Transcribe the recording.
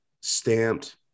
stamped